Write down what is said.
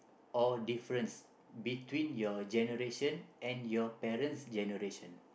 or difference between your generation and your parent's generation